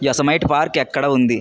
Yosemite park ఎక్కడ ఉంది